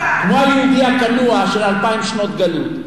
כמו היהודי הכנוע של אלפיים שנות גלות,